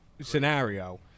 scenario